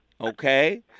Okay